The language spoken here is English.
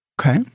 Okay